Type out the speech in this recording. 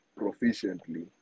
proficiently